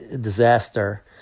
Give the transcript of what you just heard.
Disaster